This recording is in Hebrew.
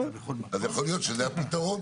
אז יכול להיות שזה הפיתרון.